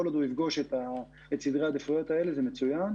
כל עוד הוא יפגוש את סדרי העדיפויות האלה זה מצוין,